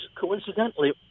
coincidentally